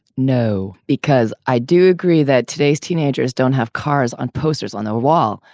no, because i do agree that today's teenagers don't have cars on posters on their wall.